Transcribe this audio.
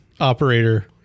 operator